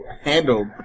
Handled